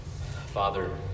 Father